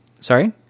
Sorry